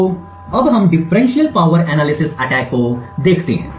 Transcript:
तो अब हम डिफरेंशियल पॉवर एनालिसिस अटैक को देखते हैं